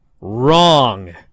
Wrong